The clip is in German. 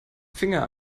finger